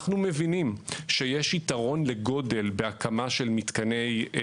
אנחנו מבינים שיש יתרון לגודל בהקמה של מתקני PV,